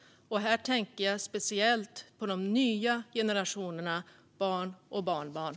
Här tänker jag speciellt på de nya generationerna barn och barnbarn.